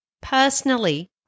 personally